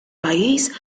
pajjiż